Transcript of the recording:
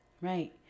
Right